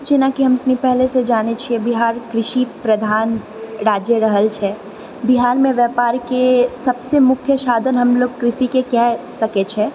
जेनाकी हम सुनी पहिलेसँ जानैत छिऐ बिहार कृषि प्रधान राज्य रहल छै बिहारमे व्यापारके सबसँ मुख्य साधन हमलोग कृषिके कहि सकैत छी